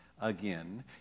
Again